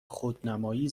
خودنمایی